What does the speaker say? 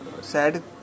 sad